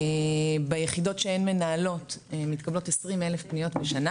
ביחידות שהן מנהלות מתקבלות 20,000 פניות בשנה,